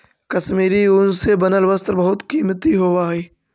कश्मीरी ऊन से बनल वस्त्र बहुत कीमती होवऽ हइ